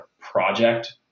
project